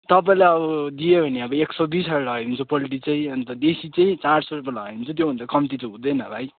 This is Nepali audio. तपाईँलाई अब दियो भने अब एक सौ बिस गरेर लगाइदिन्छु पोल्ट्री चाहिँ अनि देशी चाहिँ चार सौ रुपियाँ लगाइदिन्छु त्योभन्दा कम्ती त हुँदैन भाइ